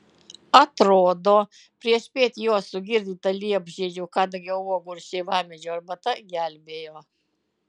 atrodo priešpiet jo sugirdyta liepžiedžių kadagio uogų ir šeivamedžio arbata gelbėjo